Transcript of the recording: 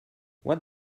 what